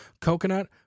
coconut